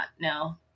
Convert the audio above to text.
No